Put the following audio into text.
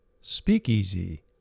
Speakeasy